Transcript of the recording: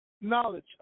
knowledge